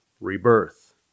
rebirth